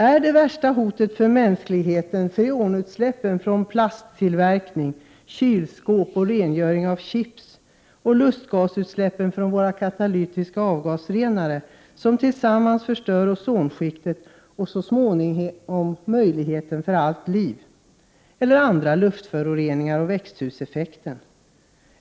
Är de värsta hoten för mänskligheten freonutsläppen från plasttillverkning, kylskåp och rengöring av chips och lustgasutsläppen från våra katalytiska avgasrenare, som tillsammans förstör ozonskiktet och så småningom möjligheten för allt liv? Eller är det andra luftföroreningar och växthuseffekten?